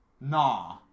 Nah